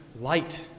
light